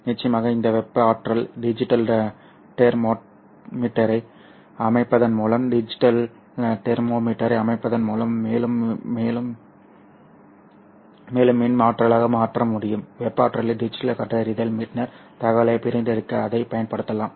நிச்சயமாக இந்த வெப்ப ஆற்றல் டிஜிட்டல் தெர்மோமீட்டரை அமைப்பதன் மூலம் மேலும் மின் ஆற்றலாக மாற்ற முடியும் வெப்ப ஆற்றலை டிஜிட்டல் கண்டறிதல் பின்னர் தகவலைப் பிரித்தெடுக்க அதைப் பயன்படுத்தலாம்